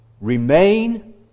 Remain